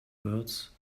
words